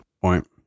point